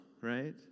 right